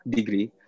degree